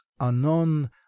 anon